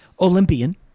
Olympian